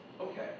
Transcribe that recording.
Okay